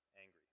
angry